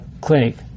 clinic